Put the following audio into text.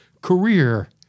career